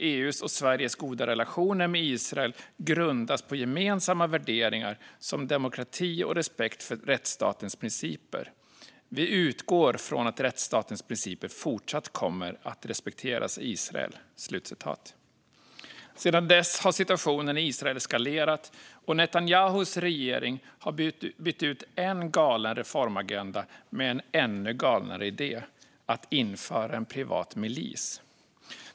EU:s och Sveriges goda relationer med Israel grundas på gemensamma värderingar som demokrati och respekt för rättsstatens principer. Vi utgår från att rättsstatens principer fortsatt kommer att respekteras i Israel." Sedan dess har situationen i Israel eskalerat, och Netanyahus regering har bytt ut en galen reformagenda med en ännu galnare idé: att införa en privat milis.